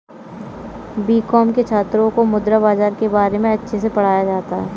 BCom के छात्रों को मुद्रा बाजार के बारे में अच्छे से पढ़ाया जाता है